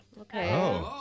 Okay